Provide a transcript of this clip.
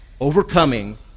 overcoming